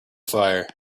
fire